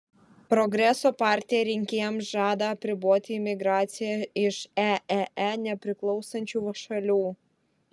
progreso partija rinkėjams žada apriboti imigraciją iš eee nepriklausančių šalių